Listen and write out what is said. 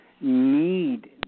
need